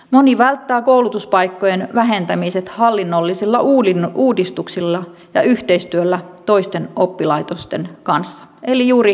moni välttää koulutuspaikkojen vähentämiset hallinnollisilla uudistuksilla ja yhteistyöllä toisten oppilaitosten kanssa eli juuri rakenteellisilla uudistuksilla